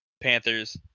Panthers